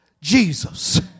Jesus